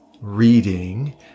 reading